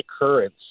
occurrence